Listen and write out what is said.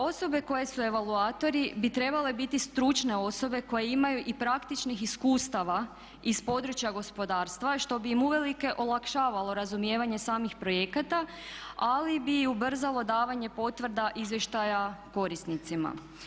Osobe koje su evaluatori bi trebale biti stručne osobe koje imaju i praktičnih iskustava iz područja gospodarstva što bi im uvelike olakšavalo razumijevanje samih projekata ali bi ubrzalo davanje potvrda izvještaja korisnicima.